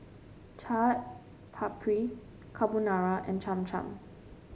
Chaat Papri Carbonara and Cham Cham